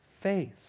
faith